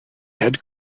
head